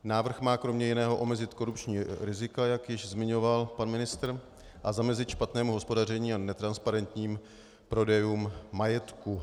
Návrh má kromě jiného omezit korupční rizika, jak již zmiňoval pan ministr, a zamezit špatnému hospodaření a netransparentním prodejům majetku.